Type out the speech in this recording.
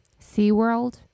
SeaWorld